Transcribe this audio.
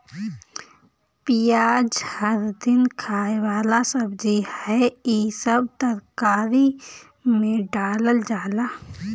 पियाज हर दिन खाए वाला सब्जी हअ, इ सब तरकारी में डालल जाला